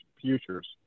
futures